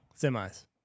semis